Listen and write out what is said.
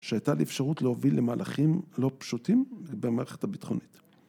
שהייתה לי אפשרות להוביל למהלכים לא פשוטים במערכת הביטחונית.